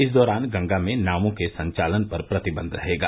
इस दौरान गंगा में नावों के संचालन पर प्रतिबंध रहेगा